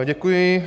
Děkuji.